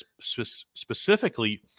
specifically